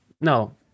No